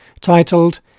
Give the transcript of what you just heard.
titled